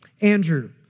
Andrew